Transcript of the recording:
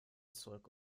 zurück